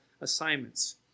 assignments